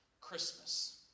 Christmas